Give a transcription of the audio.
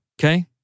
Okay